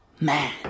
man